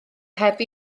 heb